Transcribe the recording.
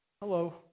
Hello